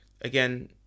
Again